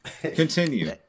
continue